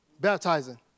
baptizing